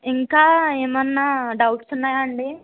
ఇంకా ఏమైనా డౌట్స్ ఉన్నాయా అండి